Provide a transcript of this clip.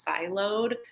siloed